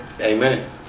Amen